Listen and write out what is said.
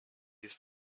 these